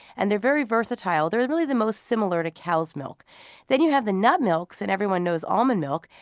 and they're very versatile. they're really the most similar to cow's milk then you have the nut milks. and everyone knows almond milk,